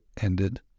ended